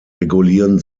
regulieren